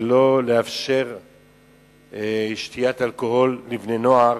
שלא לאפשר שתיית אלכוהול לבני-נוער,